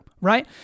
right